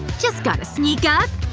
just gotta sneak up,